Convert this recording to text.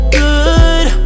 good